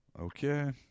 Okay